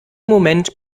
moment